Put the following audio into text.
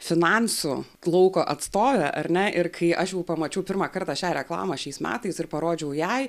finansų lauko atstove ar ne ir kai aš jau pamačiau pirmą kartą šią reklamą šiais metais ir parodžiau jai